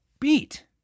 beat